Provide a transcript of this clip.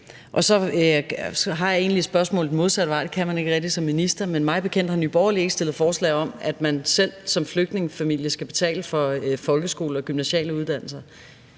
Så har jeg egentlig et spørgsmål den modsatte vej – det kan man ikke rigtig som minister – men mig bekendt har Nye Borgerlige ikke fremsat forslag om, at man selv som flygtningefamilie skal betale for folkeskole og gymnasiale uddannelser.